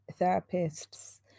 therapists